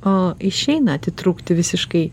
o išeina atitrūkti visiškai